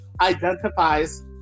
identifies